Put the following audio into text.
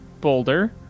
boulder